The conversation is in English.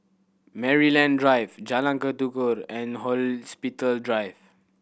Maryland Drive Jalan Tekukor and Hospital Drive